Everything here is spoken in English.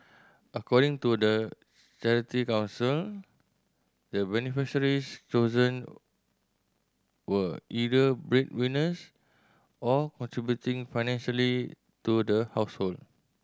according to the Charity Council the beneficiaries chosen were either bread winners or contributing financially to the household